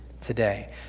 today